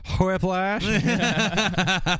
whiplash